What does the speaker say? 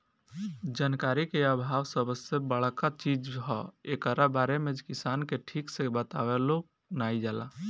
जानकारी के आभाव सबसे बड़का चीज हअ, एकरा बारे में किसान के ठीक से बतवलो नाइ जाला